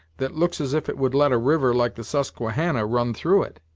that looks as if it would let a river like the susquehannah run through it.